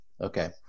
Okay